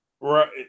Right